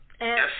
Yes